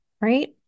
right